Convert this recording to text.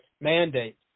mandate